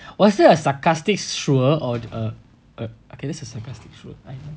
why that a sarcastic sure or a a okay that's a sarcastic sure I know